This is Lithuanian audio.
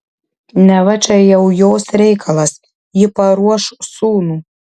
neva čia jau jos reikalas ji paruoš sūnų